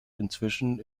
inzwischen